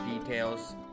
details